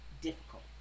difficult